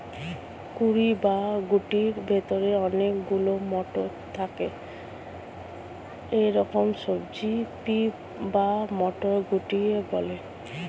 কুঁড়ি বা শুঁটির ভেতরে অনেক গুলো মটর থাকে এরকম সবজিকে পি বা মটরশুঁটি বলে